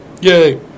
Yay